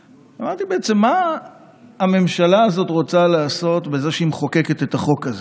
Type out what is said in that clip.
ואמרתי: בעצם מה הממשלה הזאת רוצה לעשות בזה שהיא מחוקקת את החוק הזה?